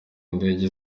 indege